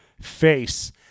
face